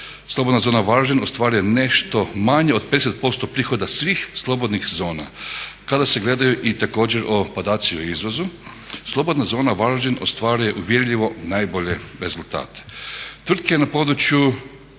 slobodna zona Varaždin ostvaruje nešto manje od 50% prihoda svih slobodnih zona. Kada se gledaju i također podaci o izvozu, slobodna zona Varaždin ostvaruje uvjerljivo najbolje rezultate.